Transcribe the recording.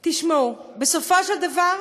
תשמעו, בסופו של דבר,